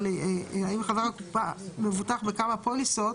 אבל אם חבר הקופה מבוטח בכמה פוליסות,